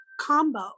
combo